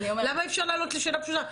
למה אי אפשר לענות לי על שאלה פשוטה?